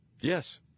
Yes